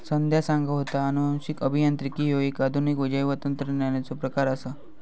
संध्या सांगा होता, अनुवांशिक अभियांत्रिकी ह्यो एक आधुनिक जैवतंत्रज्ञानाचो प्रकार आसा